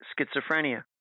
schizophrenia